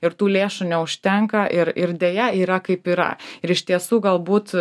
ir tų lėšų neužtenka ir ir deja yra kaip yra ir iš tiesų galbūt